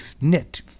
knit